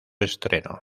estreno